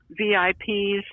VIPs